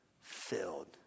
filled